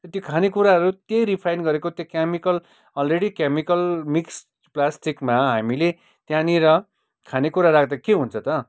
त्यो खानेकुराहरू त्यही रिफाइन गरेको त्यो केमिकल अलरेडी केमिकल मिक्स प्लास्टिकमा हामीले त्यहाँनिर खानेकुरा राख्दा के हुन्छ त